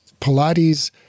Pilates